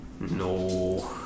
No